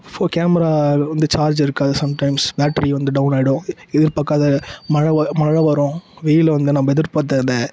ஃபோ கேமரா வந்து சார்ஜ் இருக்காது சம்டைம்ஸ் பேட்ரி வந்து டௌன் ஆகிடும் எ எதிர்பாக்காத மழை வ மழை வரும் வெயிலில் வந்து நம்ம எதிர்பார்த்த அந்த